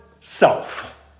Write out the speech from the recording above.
self